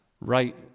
right